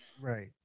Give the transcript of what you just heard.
Right